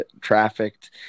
trafficked